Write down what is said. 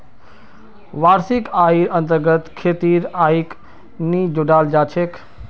वार्षिक आइर अन्तर्गत खेतीर आइक नी जोडाल जा छेक